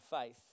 faith